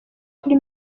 kuri